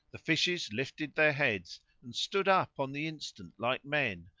the fishes lifted their heads and stood up on the instant like men,